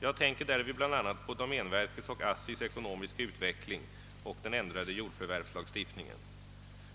Jag tänker därvid bl.a. på domänvwverkets och ASSI:s ekonomiska utveckling och den ändrade jordförvärvslagstiftningen.